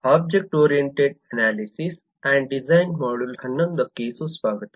object oriented analysis and ಡಿಸೈನ್ನ module 11 ಗೆ ಸುಸ್ವಾಗತ